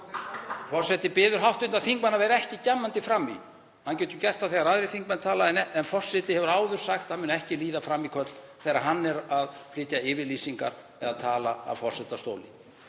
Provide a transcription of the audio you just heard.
Forseti biður hv. þingmann að vera ekki gjammandi fram í. Hann getur gert það þegar aðrir þingmenn tala en forseti hefur áður sagt að hann mun ekki líða frammíköll þegar hann er að flytja yfirlýsingar eða tala af forsetastóli.